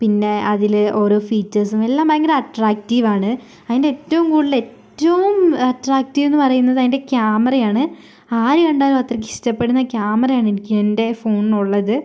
പിന്നെ അതിൽ ഓരോ ഫീച്ചേഴ്സം എല്ലാം ഭയങ്കര അട്രാക്റ്റീവാണ് അതിൻ്റെ ഏറ്റവും കൂടുതൽ ഏറ്റവും അട്രാക്റ്റീവ് എന്ന് പറയുന്നത് അതിൻ്റെ ക്യാമറയാണ് ആരു കണ്ടാലും അത്രക്ക് ഇഷ്ട്ടപ്പെടുന്ന ക്യാമറയാണ് എനിക്ക് എൻ്റെ ഫോണിനുള്ളത്